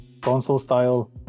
console-style